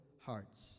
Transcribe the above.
hearts